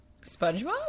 SpongeBob